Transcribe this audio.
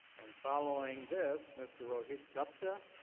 and following this, mr. rohit gupte,